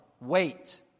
Wait